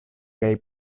kaj